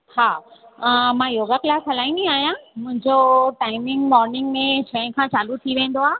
हा मां yoga class हलाईंदी आहियां मुंहिंजो टाइमिंग मोर्निंग में छहें खां चालू थी वेंदो आहे